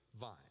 vine